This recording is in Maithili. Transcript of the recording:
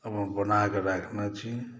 अपन बनाके राखने छी